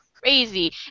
crazy